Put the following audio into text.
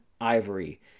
Ivory